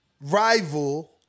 rival